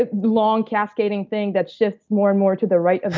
ah long cascading thing that shifts more and more to the right of